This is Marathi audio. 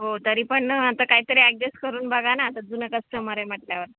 हो तरी पण ना आता काहीतरी ॲडजेस्ट करून बघा ना जुना कस्टमर आहे म्हटल्यावर